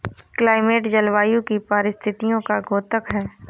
climate जलवायु की परिस्थितियों का द्योतक है